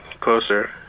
closer